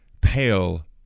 pale